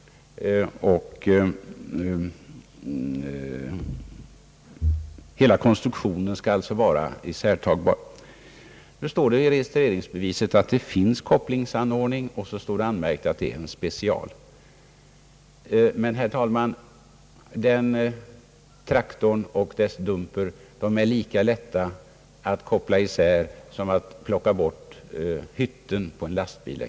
Hela konstruktionen skall alltså vara isärtagbar. I registreringsbeviset står det att det finns kopplingsanordning och så står det anmärkt att det är en »special». Men, herr talman, den traktorn och dess dumper är lika »lätta» att koppla isär som det är att plocka bort t.ex. hytten på en lastbil.